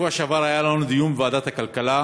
בשבוע שעבר היה לנו דיון בוועדת הכלכלה